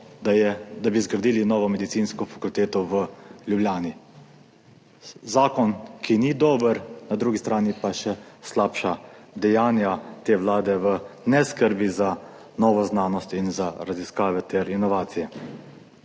da bi zgradili novo medicinsko fakulteto v Ljubljani. Zakon, ki ni dober, na drugi strani pa še slabša dejanja te vlade v neskrbi za novo znanost in za raziskave ter inovacije.